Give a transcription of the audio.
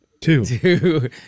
two